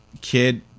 kid